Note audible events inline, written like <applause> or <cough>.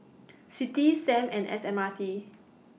<noise> CITI SAM and S M R T